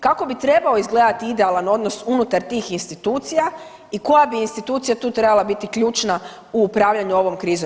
Kako bi trebao izgledati idealan odnos unutar tih institucija i koja bi institucija tu trebala biti ključna u upravljanju ovom krizom?